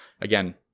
again